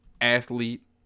athlete